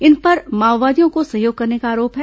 इन पर माओवादियों को सहयोग करने का आरोप है